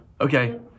Okay